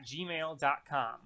gmail.com